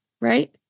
Right